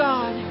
God